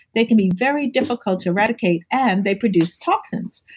they can be very difficult to eradicate and they produce toxins,